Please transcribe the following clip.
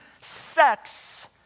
sex